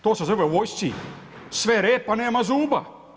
To se zove u vojsci sve rep, a nema zuba.